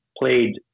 played